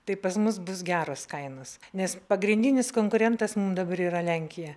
tai pas mus bus geros kainos nes pagrindinis konkurentas dabar yra lenkija